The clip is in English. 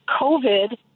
covid